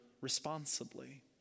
responsibly